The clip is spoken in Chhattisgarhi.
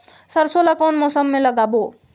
सरसो ला कोन मौसम मा लागबो?